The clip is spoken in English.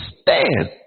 stand